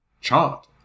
chart